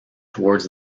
towards